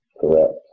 Correct